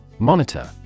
Monitor